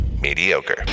mediocre